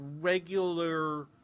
regular